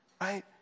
right